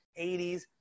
80s